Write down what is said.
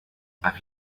afite